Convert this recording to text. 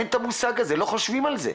אין את המושג הזה, לא חושבים על זה.